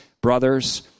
brothers